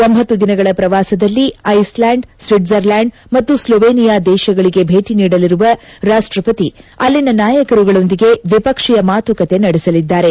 ಒಂಬತ್ತು ದಿನಗಳ ಪ್ರವಾಸದಲ್ಲಿ ಐಸ್ಲ್ಕಾಂಡ್ ಸ್ವಿಟ್ಜರ್ಲ್ಕಾಂಡ್ ಮತ್ತು ಸ್ಲೊವೇನಿಯಾ ದೇಶಗಳಿಗೆ ಭೇಟಿ ನೀಡಲಿರುವ ರಾಷ್ಟಪತಿ ಅಲ್ಲಿನ ನಾಯಕರುಗಳೊಂದಿಗೆ ದ್ವಿಪಕ್ಷೀಯ ಮಾತುಕತೆ ನಡೆಸಲಿದ್ದಾರೆ